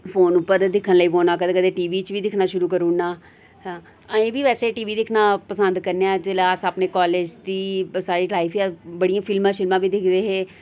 phone उप्पर दिक्खन लेई पौना कदें कदें टीवी च बी दिक्खना शुरू करुड़ना अजें बी वैसे टीवी दिक्खना पसंद करने आं जेल्सै अस अपने कालेज दी साढ़ी लाइफ बड़ियां फिल्मां शिल्मां बी दिखदे हे